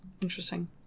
interesting